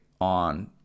on